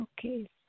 Okay